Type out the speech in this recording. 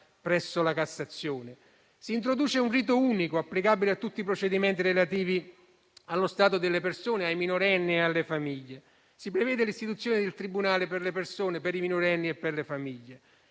procura generale. Si introduce un rito unico applicabile a tutti i procedimenti relativi allo stato delle persone, ai minorenni e alle famiglie. Si prevede l'istituzione del tribunale per le persone, per i minorenni e per le famiglie.